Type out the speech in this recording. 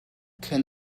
can